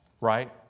right